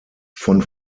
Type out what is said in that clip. von